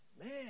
Man